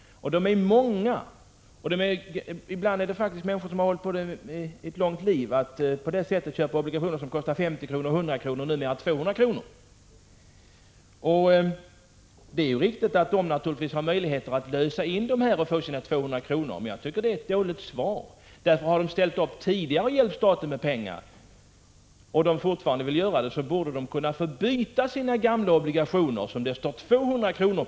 Och de är många. Ibland är det faktiskt människor som hela sitt liv köpt obligationer, för 50, 100 och numera 200 kr. Det är naturligtvis riktigt att de har möjlighet att lösa in obligationerna och få sina 200 kr. tillbaka. Men jag tycker det är ett dåligt besked. Har dessa köpare ställt upp tidigare och hjälpt staten med pengar och fortfarande vill göra det, borde de kunna få byta sina gamla obligationer som det står 200 kr.